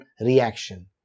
reaction